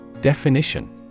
Definition